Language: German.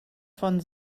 von